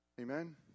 Amen